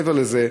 מעבר לזה,